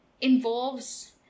involves